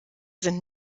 sind